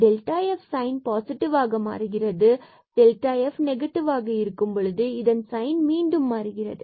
Δf இதன் sign positive ஆக மாறுகிறது Δf நெகட்டிவ் ஆக இருக்கும் பொழுது இதன் சைன் மீண்டும் மாறுகிறது